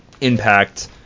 Impact